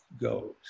goes